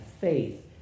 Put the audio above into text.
faith